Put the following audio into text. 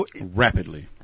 rapidly